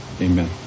Amen